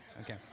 Okay